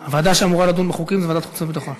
הוועדה שאמורה לדון בחוקים היא ועדת החוץ והביטחון.